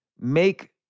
make